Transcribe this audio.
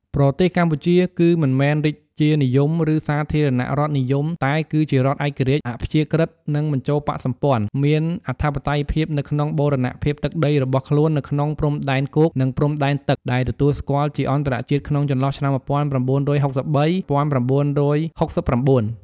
ប្រទេសកម្ពុជា គឺមិនមែនរាជានិយម ឬសាធារណរដ្ឋនិយម តែគឺជារដ្ឋឯករាជ្យ អព្យាក្រឹត និងមិនចូលបក្សសម្ព័ន្ធ មានអធិបតេយ្យភាពនៅក្នុងបូរណភាពទឹកដីរបស់ខ្លួននៅក្នុងព្រំដែនគោក និងព្រំដែនទឹក ដែលទទួលស្គាល់ជាអន្តរជាតិក្នុងចន្លោះឆ្នាំ១៩៦៣-១៩៦៩។